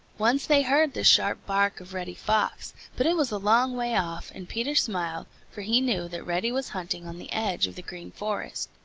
once they heard the sharp bark of reddy fox, but it was a long way off, and peter smiled, for he knew that reddy was hunting on the edge of the green forest.